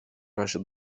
razie